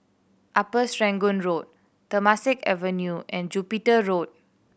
Upper Serangoon Road Temasek Avenue and Jupiter Road